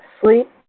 sleep